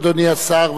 אדוני השר,